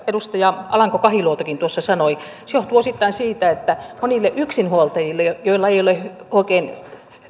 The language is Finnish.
edustaja alanko kahiluotokin tuossa sanoi se johtuu osittain siitä että monille yksinhuoltajille joilla ei ei ole oikein